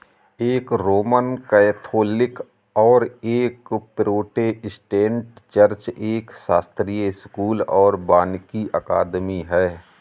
एक Roman Catholic और एक प्रोटेस्टेंट चर्च, एक शास्त्रीय स्कूल और वानिकी अकादमी है